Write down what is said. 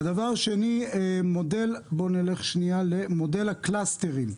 והדבר השני הוא לגבי מודל הקלסטרים.